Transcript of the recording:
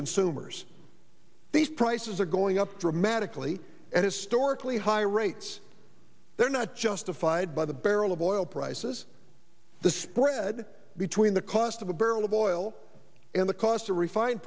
consumers these prices are going up dramatically and historically high rates they're not justified by the barrel of oil prices the spread between the cost of a barrel of oil and the cost of refined